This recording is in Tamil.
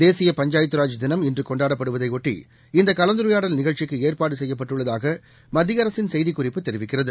தேசிய பஞ்சாயத்தராஜ் படுவதையாட்டி இந்தகலந்துரையாடல் நிகழ்ச்சிக்குஏற்பாடுசெய்யப்பட்டுள்ளதாகமத்தியஅரசின் செய்திக்குறிப்பு தெரிவிக்கிறது